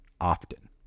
often